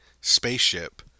spaceship